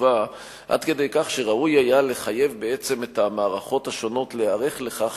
וחשובה עד כדי כך שראוי היה לחייב את המערכות השונות להיערך לכך